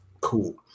Cool